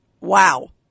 wow